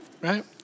right